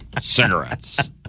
cigarettes